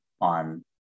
on